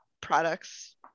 products